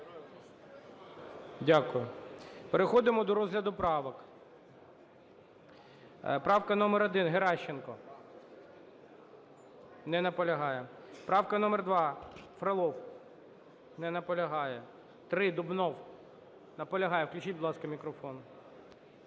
Дякую. Переходимо до розгляду правок. Правка номер 1, Геращенко. Не наполягає. Правка номер 2, Фролов. Не наполягає. 3-я, Дубнов. Наполягає. Включіть, будь ласка, мікрофон.